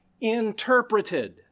Interpreted